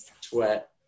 sweat